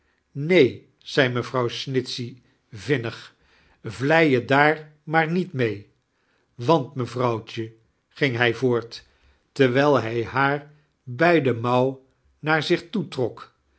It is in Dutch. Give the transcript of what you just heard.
neen zei mevrouw snitchey vinnig vlei je daar maar niet mee wa nt mevrouwtje gdng hij voort terwijl hij haar bij de mouw naar zich toetrok